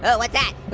but what's that?